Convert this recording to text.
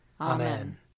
Amen